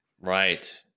right